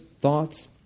thoughts